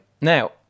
now